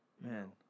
Man